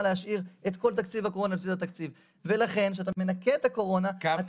להשאיר את כל תקציב הקורונה בבסיס התקציב.